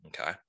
okay